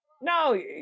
No